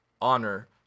honor